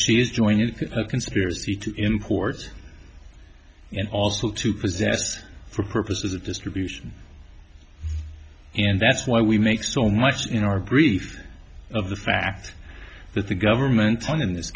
is joining a conspiracy to imports and also to possess for purposes of distribution and that's why we make so much in our grief of the fact that the government done in this